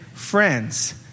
Friends